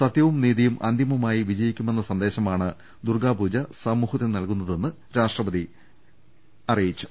സത്യവും നീതിയും അന്തിമമായി വിജയിക്കുമെന്ന സന്ദേശമാണ് ദുർഗ്ഗാപൂജ സമൂഹത്തിന് നൽകുന്നതെന്നും രാഷ്ട്രപതി അറിയിച്ചു